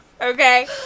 okay